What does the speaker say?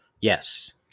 Yes